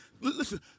Listen